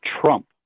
Trump